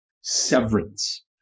severance